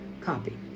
copy